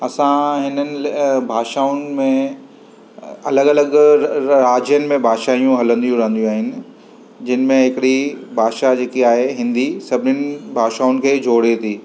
असां हिननि भाषाउनि में अलॻि अलॻि रा राज्यनि में भाषायूं हलंदियूं रहंदियूं आहिनि जिन में हिकिड़ी भाषा जेकी आहे हिंदी सभिनीनि भाषाउनि खे जोड़े थी